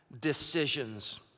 decisions